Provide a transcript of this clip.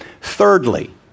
Thirdly